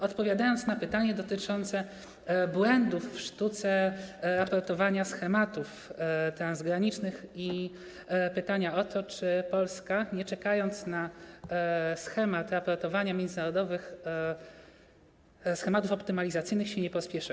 Odpowiadam na pytania dotyczące błędów w sztuce raportowania schematów transgranicznych i tego, czy Polska, nie czekając na schemat raportowania międzynarodowych schematów optymalizacyjnych, się nie pospieszyła.